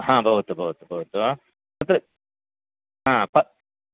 हा भवतु भवतु भवतु तत्र हा प्